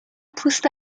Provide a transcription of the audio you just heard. پوست